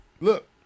Look